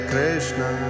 Krishna